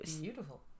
Beautiful